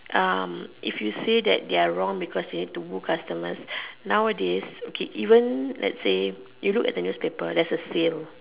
um if you say that they are wrong because they need to woo customers nowadays okay even let's say you look at the newspapers there's a sale